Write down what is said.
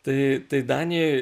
tai tai danijoj